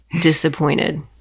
disappointed